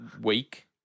week